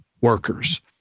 workers